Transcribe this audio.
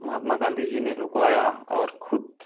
महात्मा गाँधी जी ने रुकवाया और खुद